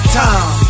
time